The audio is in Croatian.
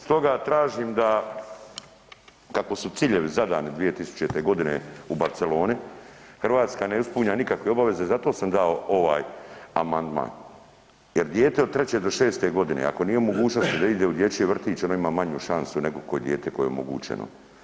Stoga tražim da, kako su ciljevi zadani 2000.g. u Barceloni, Hrvatska ne ispunja nikakve obaveze, zato sam dao ovaj amandman jer dijete od 3. do 6.g. ako nije u mogućnosti da ide u dječji vrtić ono ima manju šansu nego koje dijete koje je omogućeno.